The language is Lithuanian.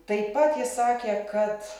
taip pat jis sakė kad